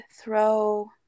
throw